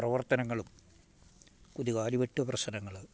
പ്രവർത്തനങ്ങളും കുതികാൽ വെട്ട് പ്രശ്നങ്ങൾ